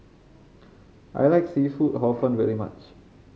I like seafood Hor Fun very much